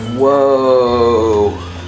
Whoa